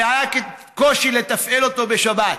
והיה קושי לתפעל אותו בשבת.